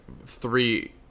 three